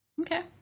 okay